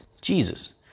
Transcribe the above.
jesus